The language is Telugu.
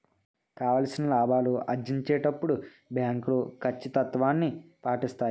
కావాల్సిన లాభాలు ఆర్జించేటప్పుడు బ్యాంకులు కచ్చితత్వాన్ని పాటిస్తాయి